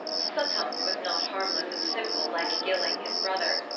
suttung was not harmless and simple like gilling, his brother.